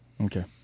okay